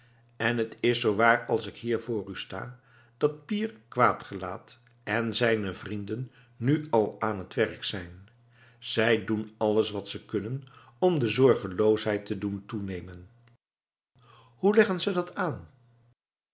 en het is zoo waar als ik hier voor u sta dat pier quaet gelaet en zijne vrienden nu al aan het werk zijn zij doen alles wat ze kunnen om de zorgeloosheid te doen toenemen hoe leggen ze dat aan